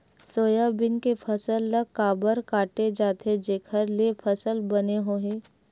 Soybean के फसल ल काबर काटे जाथे जेखर ले फसल बने होही?